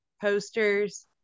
posters